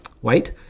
white